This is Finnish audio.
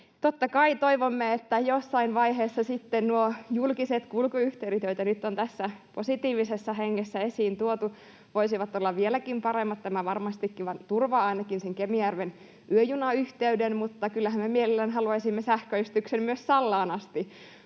Totta kai toivomme, että jossain vaiheessa sitten nuo julkiset kulkuyhteydet, joita nyt on tässä positiivisessa hengessä esiin tuotu, voisivat olla vieläkin paremmat. Tämä varmastikin turvaa ainakin sen Kemijärven yöjunayhteyden, mutta kyllähän me mielellämme haluaisimme sähköistyksen myös Sallaan asti.